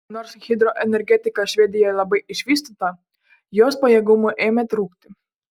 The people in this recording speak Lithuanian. nors hidroenergetika švedijoje labai išvystyta jos pajėgumų ėmė trūkti